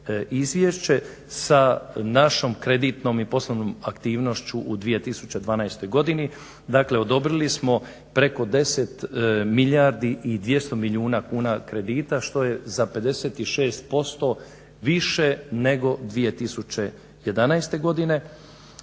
izvješće sa našom kreditnom i poslovnom aktivnošću u 2012. godini. Dakle, odobrili smo preko 10 milijardi i 200 milijuna kuna kredita što je za 56% više nego 2011. godine.